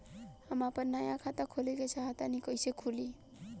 हम आपन नया खाता खोले के चाह तानि कइसे खुलि?